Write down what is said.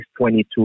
22